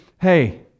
Hey